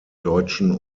deutschen